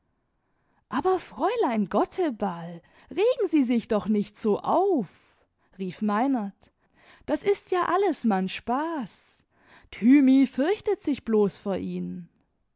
aber fräulein gotteball regen sie sich doch nicht so auf rief meinert das ist ja alles man spaßl thymi fürchtet sich bloß vor ihnen